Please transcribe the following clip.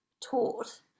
taught